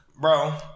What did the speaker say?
bro